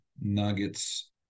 nuggets